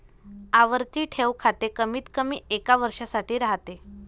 आवर्ती ठेव खाते कमीतकमी एका वर्षासाठी राहते